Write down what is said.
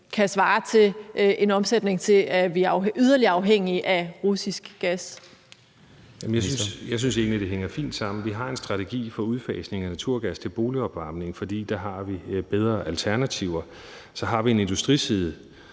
energi- og forsyningsministeren (Lars Aagaard): Jamen jeg synes egentlig, det hænger fint sammen: Vi har en strategi for udfasning af naturgas til boligopvarmning, for der har vi bedre alternativer, og så har vi en industriside,